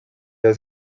has